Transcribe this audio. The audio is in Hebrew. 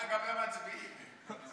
וגם למצביעים.